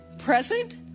present